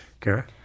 Kara